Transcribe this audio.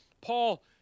Paul